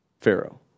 Pharaoh